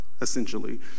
essentially